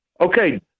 Okay